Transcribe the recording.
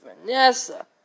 Vanessa